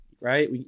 right